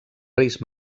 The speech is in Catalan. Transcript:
reis